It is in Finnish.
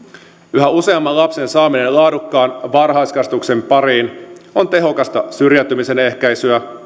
yhä useamman lapsen saaminen laadukkaan varhaiskasvatuksen pariin on tehokasta syrjäytymisen ehkäisyä